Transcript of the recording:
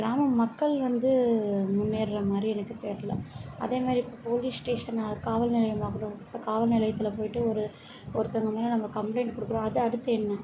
கிராம மக்கள் வந்து முன்னேறுர்ற மாதிரி எனக்கு தெரில அதே மாதிரி இப்போது போலீஸ் ஸ்டேஷன்னு காவல்நிலையமாகட்டும் இப்போ காவல் நிலையத்தில் போய்விட்டு ஒரு ஒருத்தவங்கள் மேலே நம்ம கம்பளைண்ட் கொடுக்குறோம் அது அடுத்து என்ன